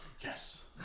Yes